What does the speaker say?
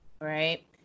right